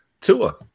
Tua